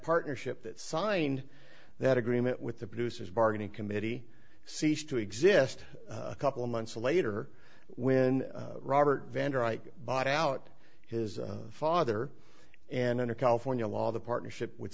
partnership that signed that agreement with the producers bargaining committee ceased to exist a couple of months later when robert vendor i bought out his father and under california law the partnership w